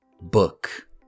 book